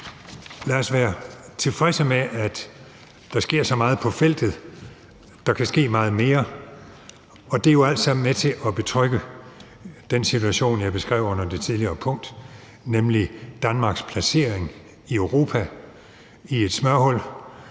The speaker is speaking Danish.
lad os være tilfredse med, at der sker så meget på feltet. Der kan ske meget mere, og det er jo alt sammen med til at betrygge den situation, som jeg beskrev tidligere, nemlig Danmarks placering i Europa i et smørhul